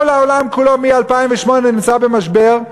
כל העולם כולו מ-2008 נמצא במשבר,